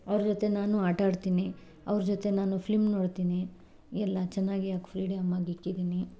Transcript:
ಅವ್ರ ಜೊತೆ ನಾನು ಆಟ ಆಡ್ತೀನಿ ಅವ್ರ ಜೊತೆ ನಾನು ಫಿಲಿಂ ನೋಡ್ತೀನಿ ಎಲ್ಲ ಚೆನ್ನಾಗಿ ಫ್ರೀಡಂ ಆಗಿ ಇಕ್ಕಿದೀನಿ